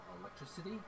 electricity